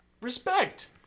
Respect